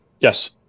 Yes